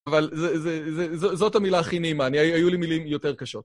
אבל זאת המילה הכי נעימה, היו לי מילים יותר קשות.